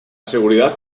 seguridad